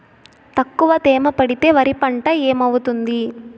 తక్కువ తేమ పెడితే వరి పంట ఏమవుతుంది